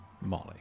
Molly